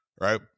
right